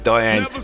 Diane